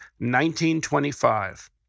1925